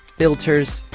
filters